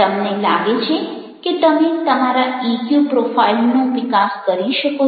તમને લાગે છે કે તમે તમારા ઇક્યુ પ્રોફાઇલનો વિકાસ કરી શકો છો